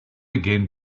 again